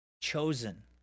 chosen